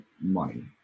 money